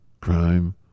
crime